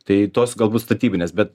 tai tos galbūt statybinės bet